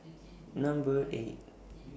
Number eight